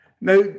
Now